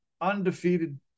undefeated